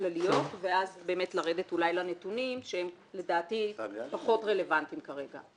כלליות ואז באמת לרדת אולי לנתונים שלדעתי הם פחות רלוונטיים כרגע.